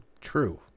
True